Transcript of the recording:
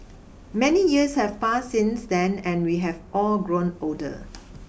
many years have passed since then and we have all grown older